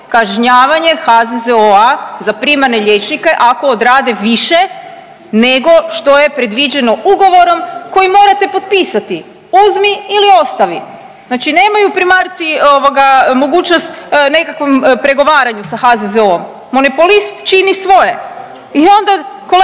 kažnjavanje HZZO-a za primarne liječnike ako odrade više nego što je predviđeno ugovorom koji morate potpisati. Uzmi ili ostavi. Znači nemaju primarci mogućnost nekakvom pregovaranju sa HZZO-om, monopolist čini svoje i onda kolega